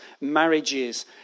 marriages